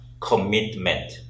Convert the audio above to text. commitment